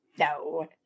No